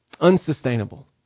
Unsustainable